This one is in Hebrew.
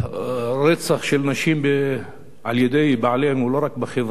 רצח של נשים על-ידי בעליהן הוא לא רק בחברה